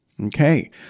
Okay